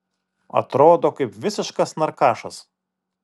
atrodo kaip visiškas narkašas